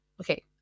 okay